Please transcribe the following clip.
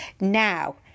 Now